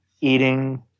eating